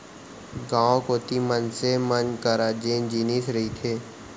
गाँव कोती मनसे मन करा जेन जिनिस रहिथे